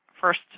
first